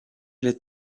les